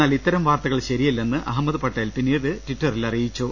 എന്നാൽ ഇത്തരം വാർത്തകൾ ശരിയല്ലെന്ന് അഹമ്മദ് പട്ടേൽ പിന്നീട് ട്വിറ്ററിൽ അറിയിച്ചു